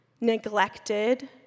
neglected